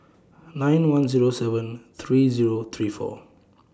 nine one Zero seven three Zero three four